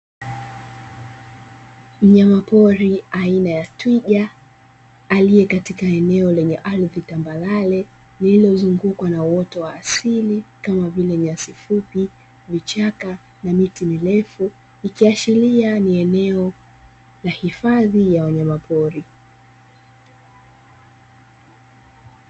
Mnyama pori aina ya Twiga aliye katika eneo lenye ardhi tambarare liliyozungukwa na uoto wa asili kama vile: nyasi fupi, vichaka na miti mirefu ikiashiria ni eneo la hifadhi ya wanyama pori.